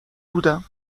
بودم